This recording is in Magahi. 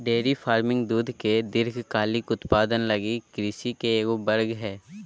डेयरी फार्मिंग दूध के दीर्घकालिक उत्पादन लगी कृषि के एगो वर्ग हइ